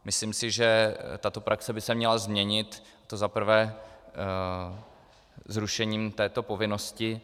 Myslím si, že tato praxe by se měla změnit, to za prvé, zrušením této povinnosti.